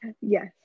Yes